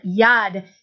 yad